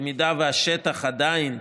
במידה שהשטח עדיין,